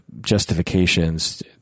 justifications